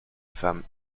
femmes